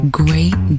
great